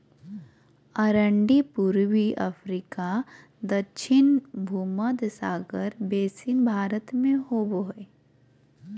अरंडी पूर्वी अफ्रीका दक्षिण भुमध्य सागर बेसिन भारत में होबो हइ